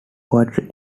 poetry